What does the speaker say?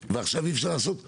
ועכשיו אי אפשר לעשות בכלל.